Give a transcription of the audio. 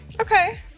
Okay